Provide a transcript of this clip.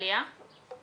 רק